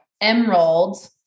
Emerald